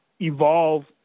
evolve